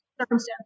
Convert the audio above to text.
circumstance